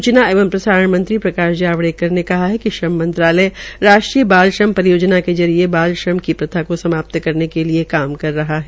सूचना एवं प्रसारण मंत्री प्रकाश जावड़ेकर ने कहा है कि श्रम मंत्रालय राष्ट्रीय बाल श्रम परियोजना के जरिये बाल श्रम की प्रथा को समाप्त करने के लिये काम कर रहा है